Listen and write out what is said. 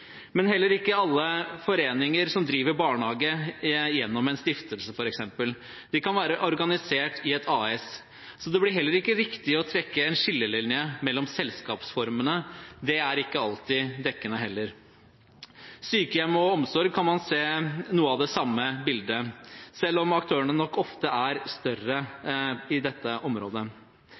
Men heller ikke alle foreninger driver barnehage gjennom en stiftelse, f.eks. De kan være organisert i et AS. Så det blir heller ikke riktig å trekke en skillelinje mellom selskapsformene. Det er heller ikke alltid dekkende. Innenfor sykehjem og omsorg kan man se noe av det samme bildet, selv om aktørene nok ofte er større på dette området.